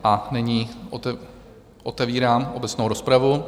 A nyní otevírám obecnou rozpravu.